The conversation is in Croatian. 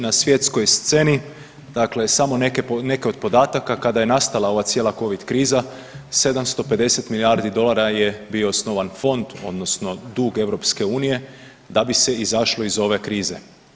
Na svjetskoj sceni dakle same od podataka kada je nastala ova cijela Covid kriza 750 milijardi dolara je bio osnovan fond odnosno dug Europske unije da bi se izašlo iz ove krize.